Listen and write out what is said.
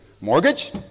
mortgage